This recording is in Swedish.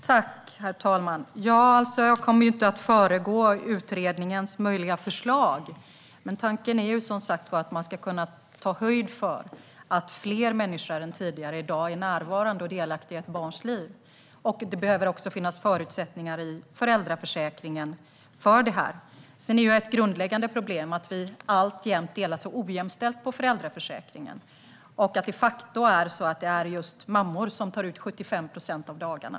Herr talman! Jag kommer inte att föregå utredningens möjliga förslag. Men tanken är som sagt att man ska kunna ta höjd för att fler människor än tidigare i dag är närvarande och delaktiga i ett barns liv. Det behöver också finnas förutsättningar i föräldraförsäkringen för detta. Ett grundläggande problem är att vi alltjämt delar så ojämställt på föräldraförsäkringen och att det de facto är just mammor som tar ut 75 procent av dagarna.